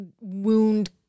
wound